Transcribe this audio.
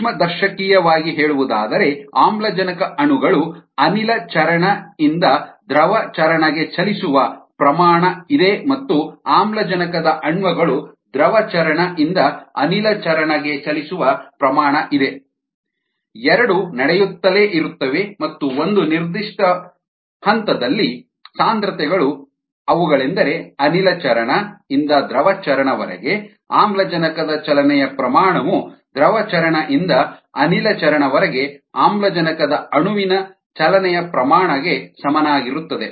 ಸೂಕ್ಷ್ಮದರ್ಶಕೀಯವಾಗಿ ಹೇಳುವುದಾದರೆ ಆಮ್ಲಜನಕ ಅಣುಗಳು ಅನಿಲ ಚರಣ ಇಂದ ದ್ರವ ಚರಣ ಗೆ ಚಲಿಸುವ ಪ್ರಮಾಣ ಇದೆ ಮತ್ತು ಆಮ್ಲಜನಕದ ಅಣುಗಳು ದ್ರವ ಚರಣ ಇಂದ ಅನಿಲ ಚರಣ ಗೆ ಚಲಿಸುವ ಪ್ರಮಾಣ ಇದೆ ಎರಡೂ ನಡೆಯುತ್ತಲೇ ಇರುತ್ತವೆ ಮತ್ತು ಒಂದು ನಿರ್ದಿಷ್ಟ ಫೇಸ್ ನಲ್ಲಿ ಸಾಂದ್ರತೆಗಳು ಅವುಗಳೆಂದರೆ ಅನಿಲ ಚರಣ ಇಂದ ದ್ರವ ಚರಣ ವರೆಗೆ ಆಮ್ಲಜನಕದ ಚಲನೆಯ ಪ್ರಮಾಣವು ದ್ರವ ಚರಣ ಇಂದ ಅನಿಲ ಚರಣ ವರೆಗೆ ಆಮ್ಲಜನಕದ ಅಣುವಿನ ಚಲನೆಯ ಪ್ರಮಾಣ ಗೆ ಸಮನಾಗಿರುತ್ತದೆ